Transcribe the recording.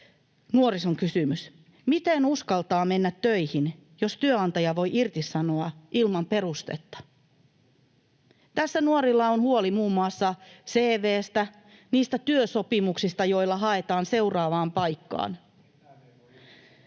nuorison kysymys: miten uskaltaa mennä töihin, jos työnantaja voi irtisanoa ilman perustetta? Tässä nuorilla on huoli muun muassa CV:stä, niistä työsopimuksista, joilla haetaan seuraavaan paikkaan. [Jorma Piisinen: